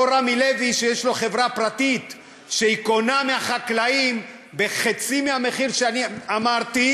אותו רמי לוי שיש לו חברה פרטית שקונה מהחקלאים בחצי מהמחיר שאמרתי,